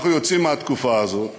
אנחנו יוצאים מהתקופה הזאת.